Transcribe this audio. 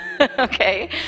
Okay